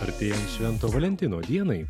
artėjant švento valentino dienai